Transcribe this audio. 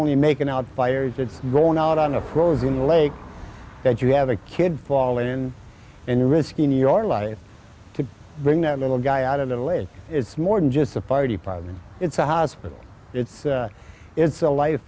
only making out fires it's going out on a frozen lake that you have a kid fall in and you're risking your life to bring that little guy out of the way it's more than just the fire department it's a hospital it's it's a life